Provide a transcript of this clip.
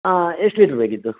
ಹಾಂ ಎಷ್ಟು ಲಿಟ್ರ್ ಬೇಕಿತ್ತು